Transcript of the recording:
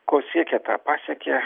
ko siekė tą pasiekė